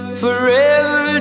forever